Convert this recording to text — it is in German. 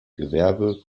gewerbe